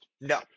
no